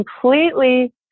completely